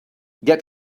get